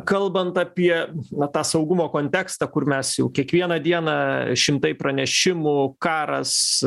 kalbant apie na tą saugumo kontekstą kur mes jau kiekvieną dieną šimtai pranešimų karas